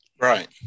Right